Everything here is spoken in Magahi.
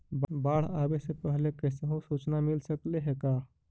बाढ़ आवे से पहले कैसहु सुचना मिल सकले हे का?